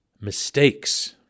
mistakes